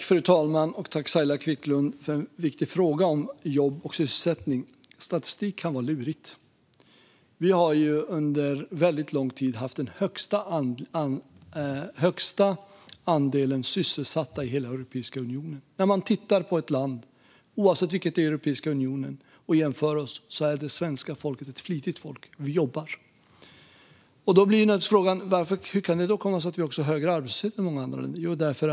Fru talman! Tack, Saila Quicklund, för en viktig fråga om jobb och sysselsättning! Statistik kan vara lurigt. Vi har ju under väldigt lång tid haft den högsta andelen sysselsatta i hela Europeiska unionen. Man kan titta på ett land, oavsett vilket, i Europeiska unionen och jämföra det med vårt. Svenska folket är ett flitigt folk. Vi jobbar. Då blir naturligtvis frågan: Hur kan det komma sig att vi också har högre arbetslöshet än många andra länder?